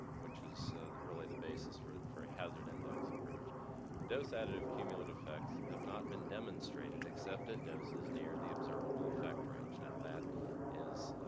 which is really the basis for for hazard index approach, the dose additive cumulative effects have not demonstrated accepted doses near the observable effect range. now that is